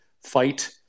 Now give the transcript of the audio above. fight